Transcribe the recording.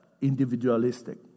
individualistic